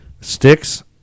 Sticks